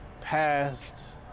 past